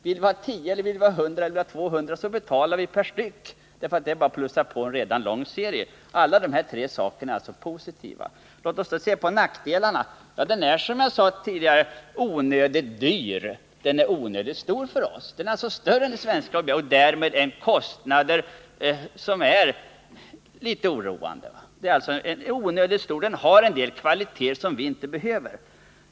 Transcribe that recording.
Vill vi ha 10 eller 100 eller 200 betalar vi per styck, eftersom det bara är att plussa på en redan lång serie. Låt oss sedan se på nackdelarna. F 16 är, som jag sade, onödigt dyr. Den är onödigt stor för oss. Den är större än det svenska planet. Den har en del kvaliteter som vi inte behöver.